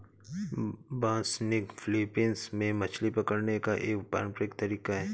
बासनिग Philippines में मछली पकड़ने का एक पारंपरिक तरीका है